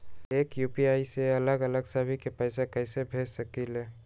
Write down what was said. एक यू.पी.आई से अलग अलग सभी के पैसा कईसे भेज सकीले?